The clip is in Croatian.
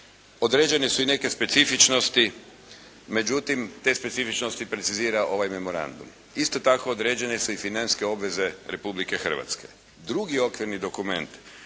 Određene su i neke specifičnosti, međutim te specifičnosti precizira ovaj memorandum. Isto tako, određene su i financijske obveze Republike Hrvatske. Drugi okvirni dokument